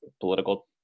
political